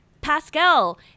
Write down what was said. Pascal